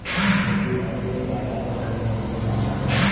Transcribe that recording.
खेती बारी के डाटा क जानकारी रखल जाला